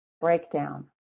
Breakdown